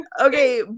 Okay